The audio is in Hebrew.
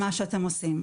מה שנקרא רצף טיפולי.